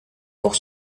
pour